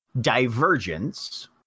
divergence